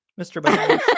Mr